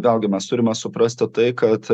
vėl gi mes turime suprasti tai kad